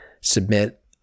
submit